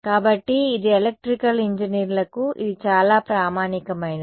కాబట్టి ఇది ఎలక్ట్రికల్ ఇంజనీర్లకు ఇది చాలా ప్రామాణికమైనది